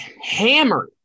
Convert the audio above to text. hammered